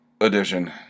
edition